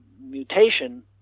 Mutation